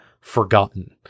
forgotten